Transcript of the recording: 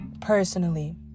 personally